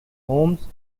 holmes